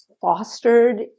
fostered